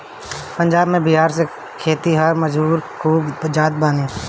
पंजाब में बिहार से खेतिहर मजूर खूब जात बाने